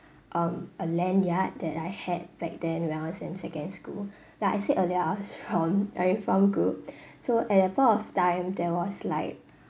um a lanyard that I had back then when I was in secondary school like I said earlier I was from a uniform group so at that point of time there was like